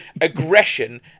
aggression